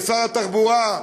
ושר התחבורה,